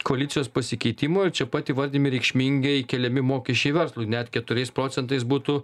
koalicijos pasikeitimo ir čia pat įvardijami reikšmingai keliami mokesčiai verslui net keturiais procentais būtų